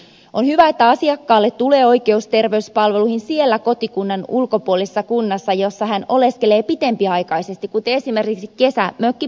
on hyvä että asiakkaalle tulee oikeus terveyspalveluihin siellä kotikunnan ulkopuolisessa kunnassa jossa hän oleskelee pitempiaikaisesti kuten esimerkiksi kesämökkikunnassa